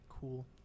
cool